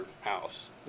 house